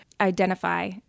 identify